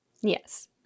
Yes